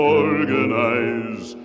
organize